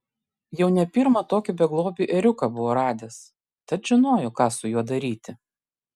jau ne pirmą tokį beglobį ėriuką buvo radęs tad žinojo ką su juo daryti